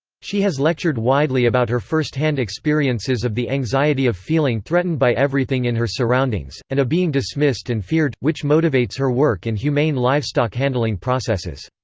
she has lectured widely about her first-hand experiences of the anxiety of feeling threatened by everything in her surroundings, and of being dismissed and feared, which motivates her work in humane livestock handling processes.